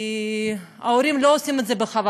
כי ההורים לא עושים את זה בכוונה,